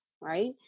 right